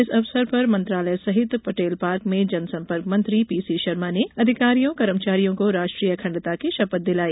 इस अवसर पर मंत्रालय स्थित पटेल पार्क में जनसंपर्क मंत्री पीसी शर्मा ने अधिकारियों कर्मचारियों को राष्ट्रीय अखण्डता की शपथ दिलाई